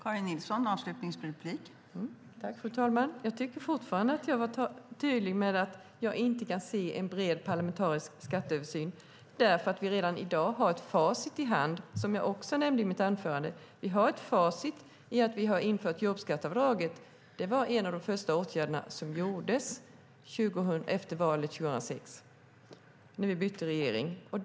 Fru talman! Jag tycker fortfarande att jag var tydlig med att jag inte kan se en bred parlamentarisk skatteöversyn som ett alternativ därför att vi redan i dag har facit i hand, vilket jag också nämnde i mitt anförande. Vi har ett facit i att vi har infört jobbskatteavdraget. Det var en av de första åtgärderna efter valet 2006 när vi bytte regering.